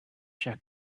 shall